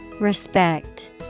Respect